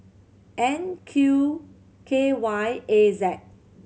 N Q K Y A